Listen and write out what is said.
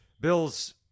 Bills